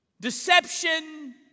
deception